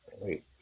wait